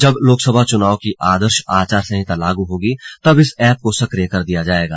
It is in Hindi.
जब लोकसभा चुनावों की आदर्श आचार संहिता लागू होगी तब इस एप को सक्रिय कर दिया जाएगा